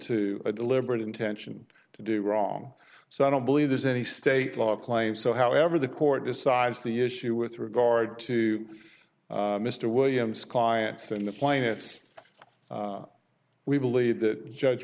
to a deliberate intention to do wrong so i don't believe there's any state law claims so however the court decides the issue with regard to mr williams clients and the plaintiffs we believe that judge